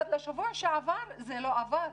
עד לשבוע שעבר זה לא עבד.